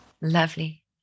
Lovely